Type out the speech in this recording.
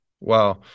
Wow